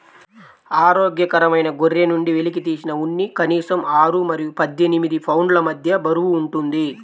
ఆరోగ్యకరమైన గొర్రె నుండి వెలికితీసిన ఉన్ని కనీసం ఆరు మరియు పద్దెనిమిది పౌండ్ల మధ్య బరువు ఉంటుంది